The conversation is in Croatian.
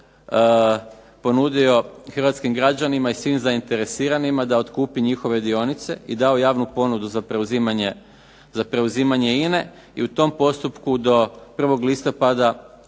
hrvatskim građanima i svim zainteresiranima da otkupe njihove dionice, i dao javnu ponudu za preuzimanje INA-e i u tom postupku do 1. listopada,